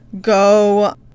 go